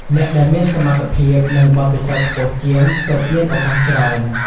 អ្នកដែលមានសមត្ថភាព និងបទពិសោធន៍ខ្ពស់ជាង ទើបមានឱកាសច្រើន។